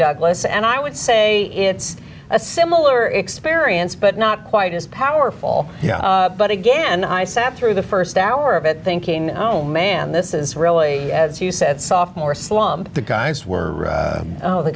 douglas and i would say it's a similar experience but not quite as powerful but again i sat through the st hour of it thinking oh man this is really as you said soft more slump the guys were oh the